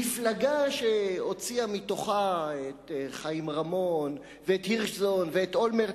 מפלגה שהוציאה מתוכה את חיים רמון ואת הירשזון ואת אולמרט,